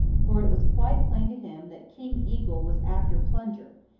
for it was quite plain to him that king eagle was after plunger,